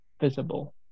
visible